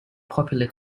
popular